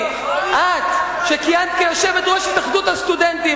שכיהנת כיושבת-ראש התאחדות הסטודנטים,